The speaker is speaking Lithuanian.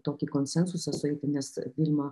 tokį konsensusą sueiti nes vilma